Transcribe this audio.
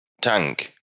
tank